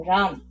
Ram